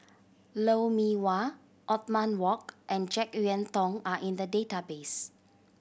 Lou Mee Wah Othman Wok and Jek Yeun Thong are in the database